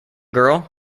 girl